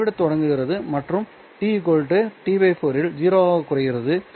எனவே அது கைவிடத் தொடங்குகிறது மற்றும் t T 2 இல் 0 ஆக குறைகிறது